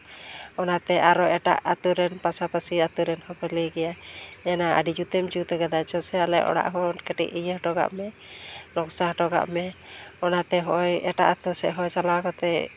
ᱚᱱᱟᱛᱮ ᱟᱨᱚ ᱮᱴᱟᱜ ᱟᱛᱳ ᱨᱮᱱ ᱯᱟᱥᱟᱯᱟᱹᱥᱤ ᱟᱛᱳ ᱨᱮᱱ ᱦᱚᱸᱠᱚ ᱞᱟᱹᱭ ᱜᱮᱭᱟ ᱮᱱᱟ ᱟᱹᱰᱤ ᱡᱩᱛᱮᱢ ᱡᱩᱛ ᱠᱟᱫᱟ ᱪᱚᱥᱮ ᱟᱞᱮ ᱚᱲᱟᱜ ᱠᱟᱹᱴᱤᱡ ᱤᱭᱟᱹ ᱦᱚᱴᱚ ᱠᱟᱜ ᱢᱮ ᱱᱚᱠᱥᱟ ᱦᱚᱴᱚ ᱠᱟᱜ ᱢᱮ ᱚᱱᱟᱛᱮ ᱦᱚᱸᱜᱼᱚᱭ ᱮᱴᱟᱜ ᱟᱛᱳ ᱥᱮᱫᱦᱚᱸ ᱪᱟᱞᱟᱣ ᱠᱟᱛᱮᱫ